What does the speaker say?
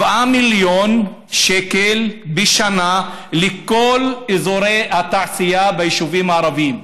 7 מיליון שקל בשנה לכל אזורי התעשייה ביישובים הערביים.